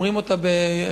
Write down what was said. אומרים אותה באנגלית,